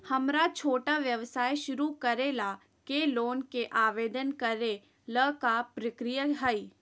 हमरा छोटा व्यवसाय शुरू करे ला के लोन के आवेदन करे ल का प्रक्रिया हई?